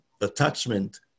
attachment